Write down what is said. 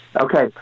Okay